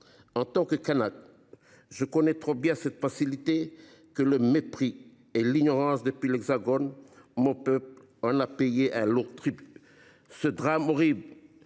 En tant que Kanak, je connais trop bien cette facilité que sont le mépris et l’ignorance depuis l’Hexagone. Mon peuple en a payé un lourd tribut. Ce drame horrible